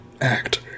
Act